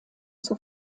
zur